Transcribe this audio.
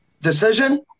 decision